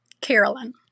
Carolyn